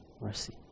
mercy